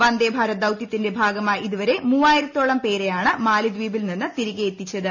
വന്ദേ ഭാരത് ദൌതൃത്തിന്റെ ഭാഗമായി ഇതുവരെ മൂവായിരത്തോളം പേരെയാണ് മാലെദ്വീപിൽ നിന്ന് തിരികെ എത്തിച്ചത്